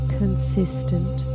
consistent